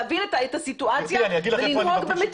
להבין את הסיטואציה ולנהוג במתינות.